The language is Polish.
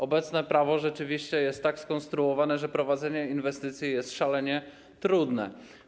Obecne prawo rzeczywiście jest tak skonstruowane, że prowadzenie inwestycji jest szalenie trudne.